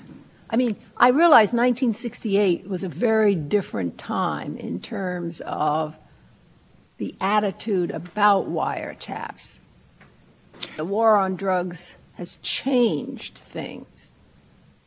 left of the requirement if it doesn't matter if a name is on there much less whose name i mean suppose it just said you know a deputy attorney general joe smith who is a